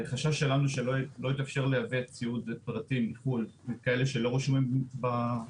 החשש שלנו הוא שלא יתאפשר לייבא ציוד לכאלה שלא רשומים במרשם.